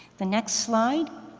the next slide,